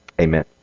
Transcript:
amen